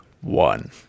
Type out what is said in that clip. one